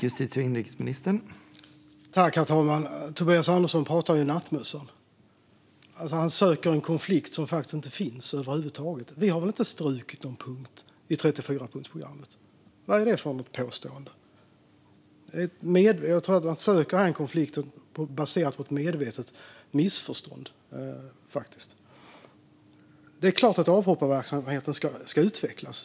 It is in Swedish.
Herr talman! Tobias Andersson pratar ju i nattmössan. Han söker en konflikt som faktiskt inte finns. Vi har inte strukit någon punkt i 34-punktsprogrammet - vad är det för ett påstående? Jag tror att Tobias Andersson söker en konflikt baserat på ett medvetet missförstånd. Det är klart att avhopparverksamheten ska utvecklas.